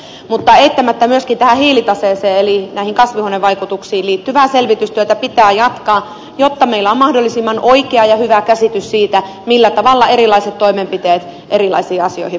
mutta eittämättä myöskin tähän hiilitaseeseen eli näihin kasvihuonevaikutuksiin liittyvää selvitystyötä pitää jatkaa jotta meillä on mahdollisimman oikea ja hyvä käsitys siitä millä tavalla erilaiset toimenpiteet erilaisiin asioihin